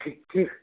ठीक ठीक